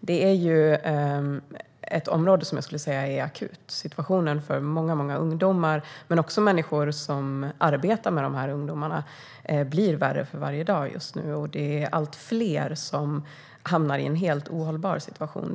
Det här är ett område som jag skulle säga är akut. Situationen för många ungdomar men också människor som arbetar med de här ungdomarna blir värre för varje dag just nu, och det är allt fler som hamnar i en helt ohållbar situation.